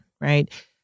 right